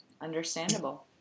understandable